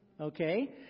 okay